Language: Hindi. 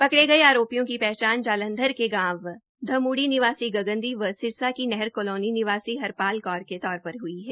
पकड़े गये आरोपियों की पहचान जालंधर के गांव धम्ड़ी निवासी गगनदीप व सिरसा की नहर कालोनी निवासी हरपाल कौर के तौर पर हई है